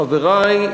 חברי,